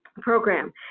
program